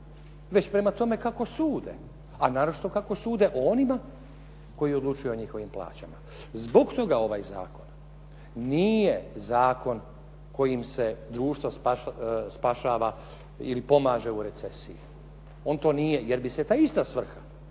već prema tome kako sude, a naročito kako sude o onima koji odlučuju o njihovim plaćama. Zbog toga ovaj zakon nije zakon kojim se društvo spašava ili pomaže u recesiji, on to nije jer bi se ta ista svrha